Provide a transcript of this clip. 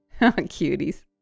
Cuties